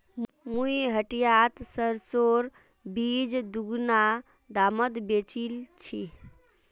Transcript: मुई हटियात सरसोर बीज दीगुना दामत बेचील छि